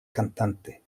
cantante